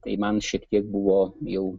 tai man šiek tiek buvo jau